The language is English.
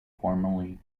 formerly